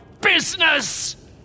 business